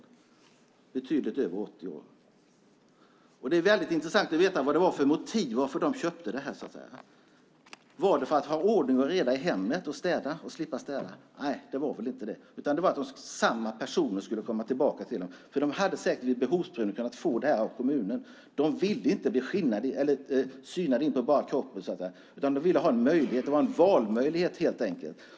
De här pensionärerna är betydligt över 80 år. Det är väldigt intressant att veta motivet till att de här pensionärerna köper tjänsterna. Är motivet att ha ordning och reda i hemmet och att slippa städa? Nej, motivet är att samma personer kommer tillbaka till dem. Säkert skulle dessa damer efter en behovsprövning kunna få de här tjänsterna genom kommunen. Men de vill inte så att säga bli synade in på bara kroppen, utan det handlar helt enkelt om att ha en möjlighet att välja.